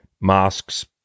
masks